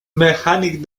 mechanic